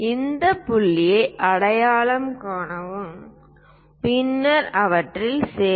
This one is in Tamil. இந்த புள்ளிகளை அடையாளம் காணவும் பின்னர் அவற்றில் சேரவும்